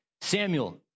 Samuel